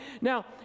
now